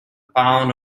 pound